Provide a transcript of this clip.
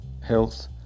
health